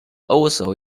also